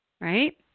right